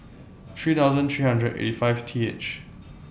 three thousand three hundred and eighty five T H